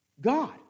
God